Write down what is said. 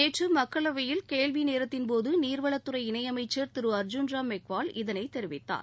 நேற்று மக்களவையில் கேள்வி நேரத்தின்போது நீர்வளத்துறை இணையமைச்சர் திரு அர்ஜன்ராம் மேக்வால் இதனை தெரிவித்தார்